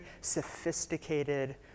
sophisticated